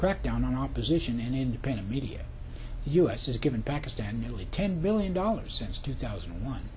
crackdown on opposition and independent media u s has given pakistan nearly ten million dollars since two thousand and one